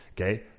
Okay